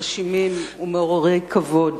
מרשימים ומעוררי כבוד,